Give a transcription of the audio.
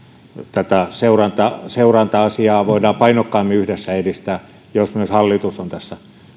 seuranta seuranta asiaa voidaan painokkaammin yhdessä edistää jos myös hallitus on tässä